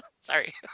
Sorry